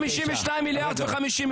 היא מקדמת חוקים פסולים ומיותרים,